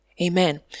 Amen